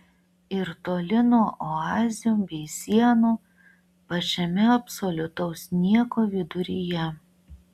ir toli nuo oazių bei sienų pačiame absoliutaus nieko viduryje